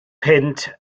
punt